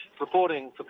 Reporting